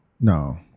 No